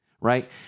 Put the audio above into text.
Right